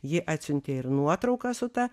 ji atsiuntė ir nuotrauką su ta